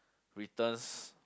returns